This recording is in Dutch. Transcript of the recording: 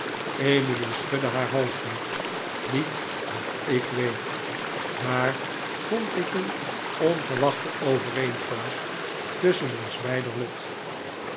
emily schudde haar hoofdje niet dat ik weet daar vond ik een onverwachte overeenkomst tusschen ons beider lot